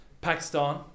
Pakistan